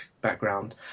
background